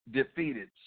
defeated